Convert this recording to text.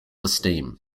esteem